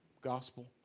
gospel